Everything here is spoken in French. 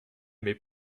mes